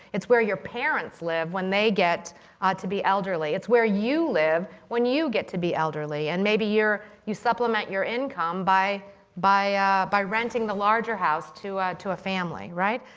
it's where your parents live when they get ah to be elderly. it's where you live when you get to be elderly. and maybe you supplement your income by by by renting the larger house to to a family, right?